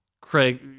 Craig